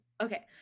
Okay